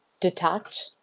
detach